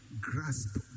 grasp